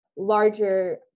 larger